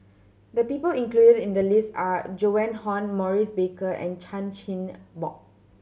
the people included in the list are Joan Hon Maurice Baker and Chan Chin Bock